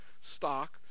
stock